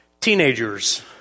teenagers